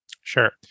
Sure